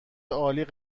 عالی